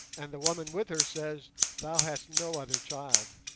and the woman with her says thou hast no other child.